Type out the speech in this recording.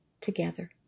together